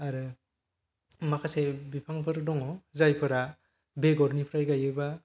आरो माखासे बिफांफोर दङ जायफोरा बेगरनिफ्राय गायोब्ला